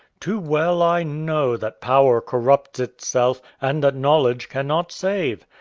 too well i know that power corrupts itself and that knowledge cannot save.